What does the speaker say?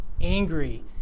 angry